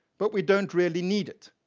but we don't really need it.